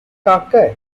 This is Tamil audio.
காக்க